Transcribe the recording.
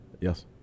Yes